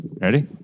Ready